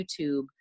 YouTube